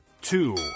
two